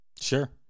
Sure